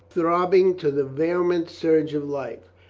throbbing to the vehement surge of life,